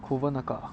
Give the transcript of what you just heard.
kovan 那个 ah